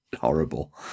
horrible